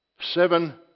Seven